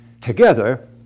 Together